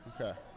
Okay